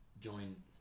join